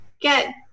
get –